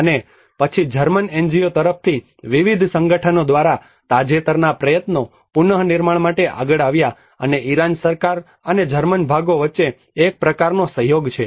અને પછી German NGO તરફથી વિવિધ સંગઠનો દ્વારા તાજેતરના પ્રયત્નો પુનર્નિર્માણ માટે આગળ આવ્યા અને ઇરાન સરકાર અને જર્મન ભાગો વચ્ચે એક પ્રકારનો સહયોગ છે